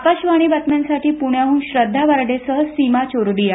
आकाशवाणी बातम्यांसाठी प्ण्याहून श्रद्धा वार्डेसह सीमा चोरडिया